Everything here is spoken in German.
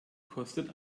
kostet